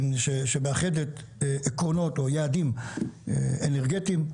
שמאחדת יעדים אנרגטיים,